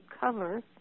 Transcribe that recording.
cover